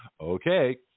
Okay